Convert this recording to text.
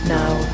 Now